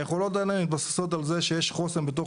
היכולות האלה מתבססות על זה שיש חוסן בתוך